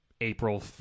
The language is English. April